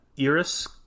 Iris